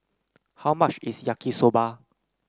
how much is Yaki Soba